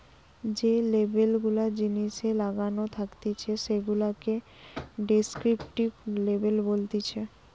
যে লেবেল গুলা জিনিসে লাগানো থাকতিছে সেগুলাকে ডেস্ক্রিপটিভ লেবেল বলতিছে